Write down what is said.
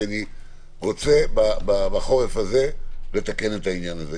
כי אני רוצה בחורף הזה לתקן את העניין הזה.